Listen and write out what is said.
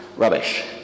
rubbish